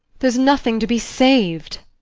there's nothing to be saved.